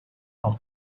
come